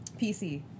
PC